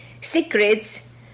secrets